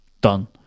done